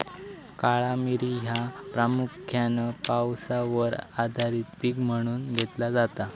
काळा मिरी ह्या प्रामुख्यान पावसावर आधारित पीक म्हणून घेतला जाता